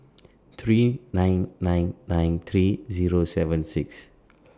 three nine nine nine three Zero seven six